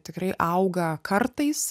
tikrai auga kartais